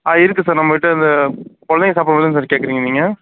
ஆ இருக்கு சார் நம்பக்கிட்ட இந்த குழந்தைங்க சாப்பிட்ற மாதிரிதான கேட்குறீங்க நீங்கள்